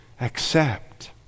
accept